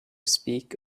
speak